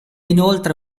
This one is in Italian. inoltre